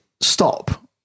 stop